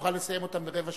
שנוכל לסיים אותן ברבע שעה.